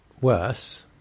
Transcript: worse